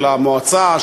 של המועצה,